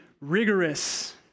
rigorous